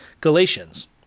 Galatians